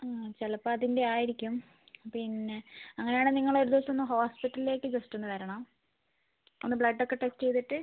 ചിലപ്പോൾ അതിൻ്റെ ആയിരിക്കും പിന്നെ അങ്ങനെയാണെൽ നിങ്ങള് ഒരു ദിവസം ഒന്ന് ഹോസ്പിറ്റലിലേക്ക് ജസ്റ്റ് ഒന്ന് വരണം ഒന്ന് ബ്ലഡ്ഡ് ഒക്കെ ടെസ്റ്റ് ചെയ്തിട്ട്